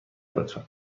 لطفا